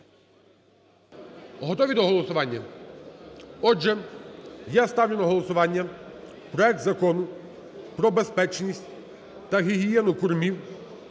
Готові до голосування? Отже, я ставлю на голосування проект Закону про безпечність та гігієну кормів,